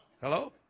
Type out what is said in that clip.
Hello